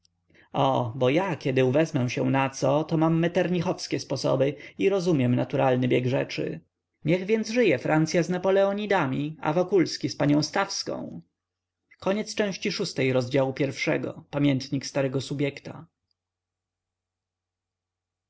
o bo ja kiedy uwezmę się na co to mam meternichowskie sposoby i rozumiem naturalny bieg rzeczy niech więc żyje francya z napoleonidami a wokulski z panią stawską